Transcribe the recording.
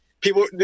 People